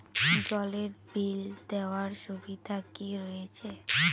জলের বিল দেওয়ার সুবিধা কি রয়েছে?